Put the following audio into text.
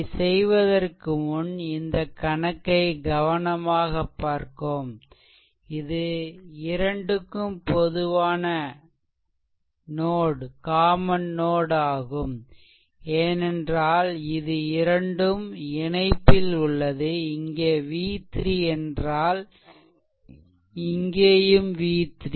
இதை செய்வதற்கு முன் இந்த கணக்கை கவனமாக பார்க்கவும் இது இரண்டுக்கும் பொதுவான நோட் ஆகும் ஏனென்றால் இது இரண்டும் இணைப்பில் உள்ளது இங்கே v3 என்றால் இங்கேயும் v3